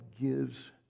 gives